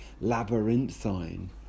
labyrinthine